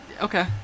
okay